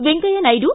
Venkaiah Naidu